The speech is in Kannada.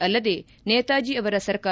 ಅಲ್ಲದೇ ನೇತಾಜಿ ಅವರ ಸರ್ಕಾರ